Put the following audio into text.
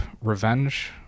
revenge